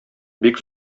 бик